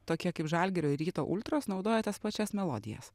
tokie kaip žalgirio ir ryto ultros naudoja tas pačias melodijas